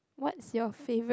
what's your favourite